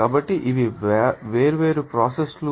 కాబట్టి ఇవి వేర్వేరుప్రోసెస్ లు